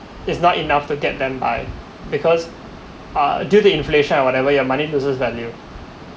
it's not enough to get them by because uh due to inflation ah whatever your money loses value